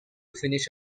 finish